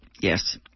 yes